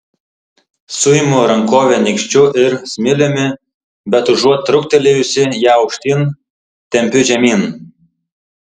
suimu rankovę nykščiu ir smiliumi bet užuot truktelėjusi ją aukštyn tempiu žemyn